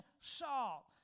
Saul